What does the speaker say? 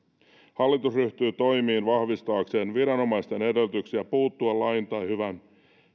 hallitus ryhtyy toimiin vahvistaakseen viranomaisten edellytyksiä puuttua lain tai hyvän